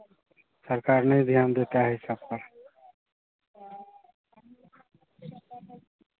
सरकार नहीं ध्यान देता है इन सबका